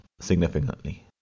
significantly